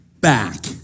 back